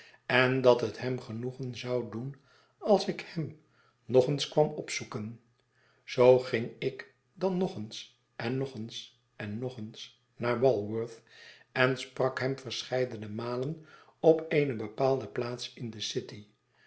en dat het hem genoegen zou doen als ik hem nog eens kwam opzoeken zoo ging ik dan nog eens en nog eens en nog eens naar w a w o r t h en sprak hem verscheidene malen op eene bepaalde plaats in de city